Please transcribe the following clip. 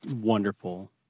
wonderful